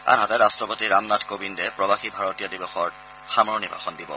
আনহাতে ৰাষ্টপতি ৰাম নাথ কোবিন্দে প্ৰৱাসী ভাৰতীয় দিৱসত সামৰণী ভাষণ দিব